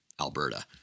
Alberta